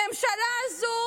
הממשלה הזו